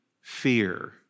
fear